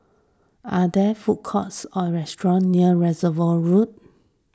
are there food courts or restaurants near Reservoir Road